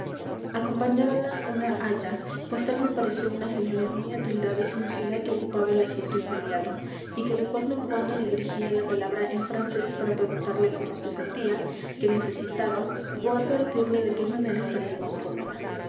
clase elevada acompañábala un aya pues tal me pareció una señora muy atildada y fruncida que ocupaba el asiento inmediato y que de cuando en cuando le dirigía la palabra en francés para preguntarle cómo se sentía qué necesitaba ó advertirle de qué manera estaría más cómoda